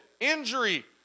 injury